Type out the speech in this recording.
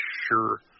sure